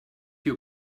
you